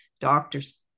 doctor's